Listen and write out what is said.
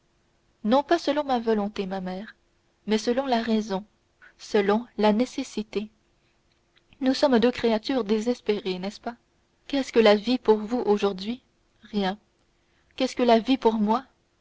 non pas selon ma volonté ma mère mais selon la raison selon la nécessité nous sommes deux créatures désespérées n'est-ce pas qu'est-ce que la vie pour vous aujourd'hui rien qu'est-ce que la vie pour moi